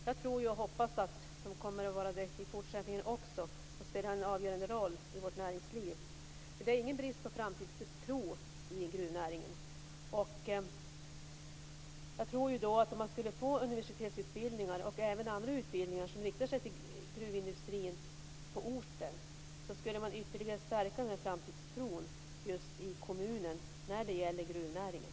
Jag hoppas att de kommer att vara det i fortsättningen också och spela en avgörande roll i vårt näringsliv. Det är ingen brist på framtidstro i gruvnäringen. Om universitetsutbildningar och andra utbildningar som riktar sig till gruvindustrin skulle förläggas till orten skulle framtidstron för gruvnäringen ytterligare förstärkas i kommunen.